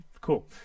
Cool